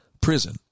prison